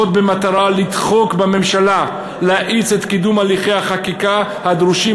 במטרה לדחוק בממשלה להאיץ את קידום הליכי החקיקה הדרושים